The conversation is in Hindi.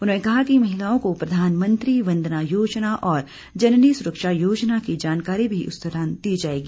उन्होंने कहा कि महिलाओं को प्रधानमंत्री वंदना योजना ओर जननी सुरक्षा योजना की जानकारी भी इस दौरान दी जाएगी